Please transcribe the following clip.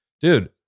Dude